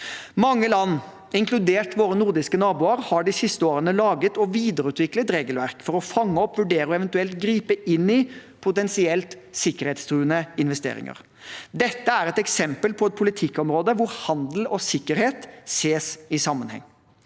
Mange land, inkludert våre nordiske naboer, har de siste årene lagd og videreutviklet regelverk for å fange opp, vurdere og eventuelt gripe inn i potensielt sikkerhetstruende investeringer. Dette er et eksempel på et politikkområde hvor handel og sikkerhet ses i sammenheng.